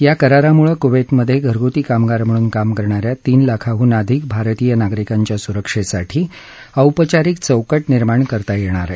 या करारामुळे कुवेतमधे घरगुती कामगार म्हणून काम करणा या तीन लाखांहून अधिक भारतीय नागरीकांच्या सुरक्षेसाठी औपचारिक चौकट निर्माण करता येणार आहे